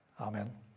Amen